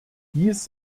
dies